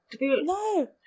No